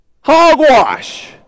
Hogwash